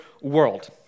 world